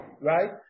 right